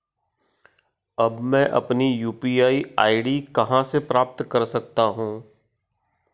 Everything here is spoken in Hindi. अब मैं अपनी यू.पी.आई आई.डी कहां से प्राप्त कर सकता हूं?